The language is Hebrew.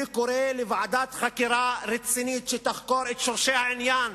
אני קורא להקמת ועדת חקירה רצינית שתחקור את שורשי העניין,